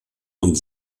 und